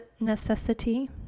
necessity